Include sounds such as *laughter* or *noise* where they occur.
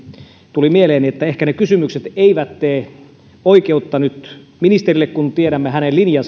tuli mieleeni että ehkä ne kysymykset eivät tee oikeutta nyt ministerille kun tiedämme minkälaista linjaa *unintelligible*